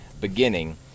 beginning